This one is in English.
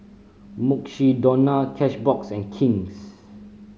Mukshidonna Cashbox and King's